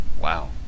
Wow